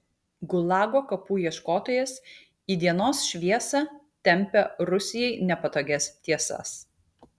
gulago kapų ieškotojas į dienos šviesą tempia rusijai nepatogias tiesas